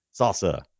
salsa